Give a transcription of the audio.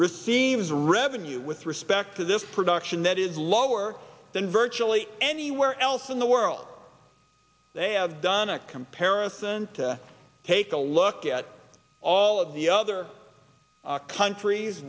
receives revenue with respect to this production that is lower than virtually anywhere else in the world they have done a comparison to take a look at all of the other countries